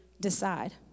decide